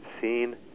seen